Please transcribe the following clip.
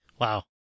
Wow